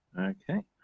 Okay